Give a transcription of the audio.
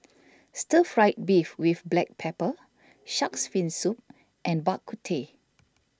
Stir Fried Beef with Black Pepper Shark's Fin Soup and Bak Kut Teh